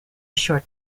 short